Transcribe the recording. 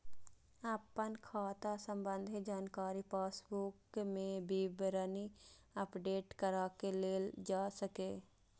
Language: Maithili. अपन खाता संबंधी जानकारी पासबुक मे विवरणी अपडेट कराके लेल जा सकैए